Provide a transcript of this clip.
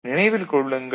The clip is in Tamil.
நினைவில் கொள்ளுங்கள்